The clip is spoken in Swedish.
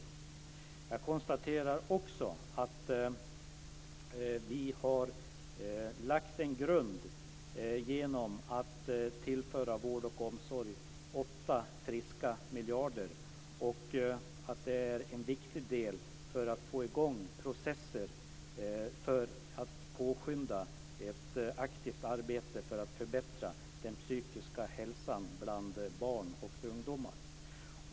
Jag konstaterar också att vi har lagt en grund genom att tillföra vård och omsorg 8 friska miljarder. Det är ett viktigt inslag för att få i gång processer som påskyndar ett aktivt arbete för att förbättra den psykiska hälsan bland barn och ungdomar.